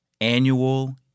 Annual